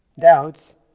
doubts